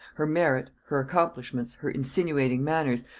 her merit, her accomplishments, her insinuating manners,